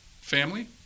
Family